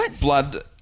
blood